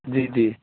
जी जी